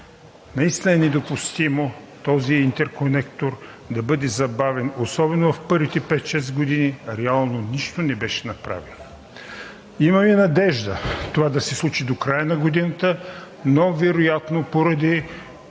Наистина е недопустимо този интерконектор да бъде забавен, особено в първите пет-шест години реално нищо не беше направено. Имаме надежда това да се случи до края на годината, но вероятно поради